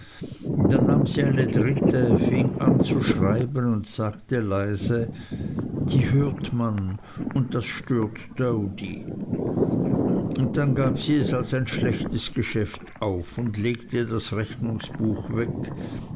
dann nahm sie eine dritte fing an zu schreiben und sagte leise die hört man und das stört doady und dann gab sie es als ein schlechtes geschäft auf und legte das rechnungsbuch weg